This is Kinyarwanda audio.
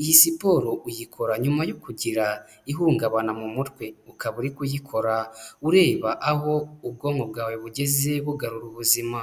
iyi siporo uyikora nyuma yo kugira ihungabana mu mutwe, ukaba uri kuyikora ureba aho ubwonko bwawe bugeze bugarura ubuzima.